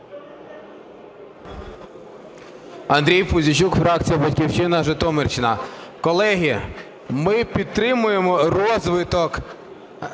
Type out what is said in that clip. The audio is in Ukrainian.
Андрій Пузійчук, фракція "Батьківщина", Житомирщина. Колеги, ми підтримуємо розвиток